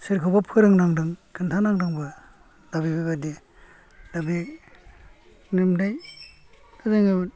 सोरखौबा फोरोंनांदों खोनथानांदोंबो दा बेफोर बादि दा बे नोंनाय जोङो